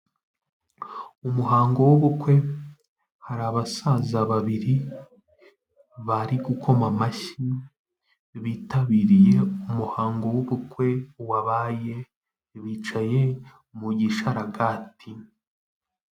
Umuhango w'ubukwe, hari abasaza babiri bari gukoma amashyi, bitabiriye umuhango w'ubukwe wabaye, bicaye mu gishararagati.